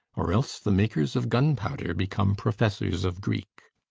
or else the makers of gunpowder become professors of greek.